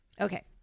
Okay